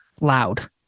loud